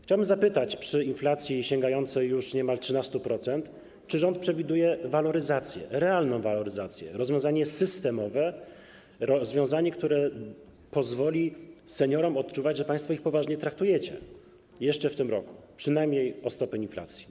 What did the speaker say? Chciałbym zapytać: Czy przy inflacji sięgającej już niemal 13% rząd przewiduje waloryzację, realną waloryzację - rozwiązanie systemowe, które pozwoli seniorom odczuwać, że państwo ich poważnie traktujecie - jeszcze w tym roku, przynajmniej o stopę inflacji?